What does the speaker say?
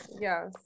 yes